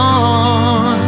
on